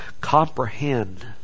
comprehend